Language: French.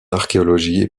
archéologie